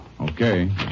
Okay